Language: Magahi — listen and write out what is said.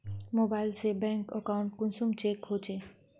मोबाईल से बैंक अकाउंट कुंसम चेक होचे?